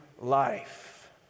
life